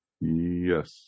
Yes